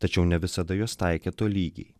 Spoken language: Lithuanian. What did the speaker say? tačiau ne visada juos taikė tolygiai